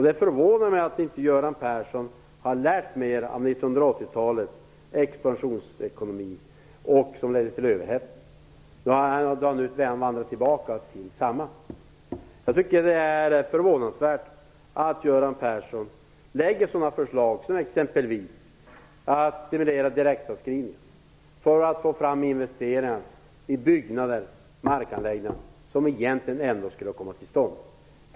Det förvånar mig att inte Göran Persson har lärt mer av 80-talets expansionsekonomi som ledde till överhettning. Nu är han på väg tillbaka till det. Jag tycker att det är förvånansvärt att Göran Persson lägger fram sådana förslag, exempelvis för att stimulera direktavskrivningar, för att få fram investeringar till byggnader och markanläggningar som egentligen ändå skulle komma till stånd.